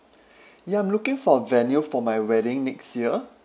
ya I'm looking for a venue for my wedding next year